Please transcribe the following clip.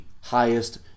highest